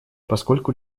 поскольку